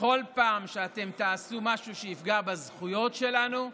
בכל פעם שאתם תעשו משהו שיפגע בזכויות שלנו,